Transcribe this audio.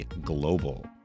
Global